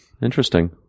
interesting